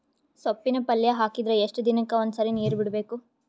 ಸೊಪ್ಪಿನ ಪಲ್ಯ ಹಾಕಿದರ ಎಷ್ಟು ದಿನಕ್ಕ ಒಂದ್ಸರಿ ನೀರು ಬಿಡಬೇಕು?